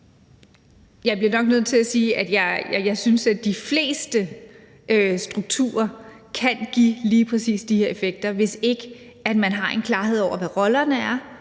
Jeg bliver nok nødt til at sige, at jeg synes, at de fleste strukturer kan give lige præcis de her effekter, hvis ikke man har en klarhed over, hvad rollerne er,